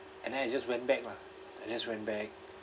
and then I just went back lah I just went back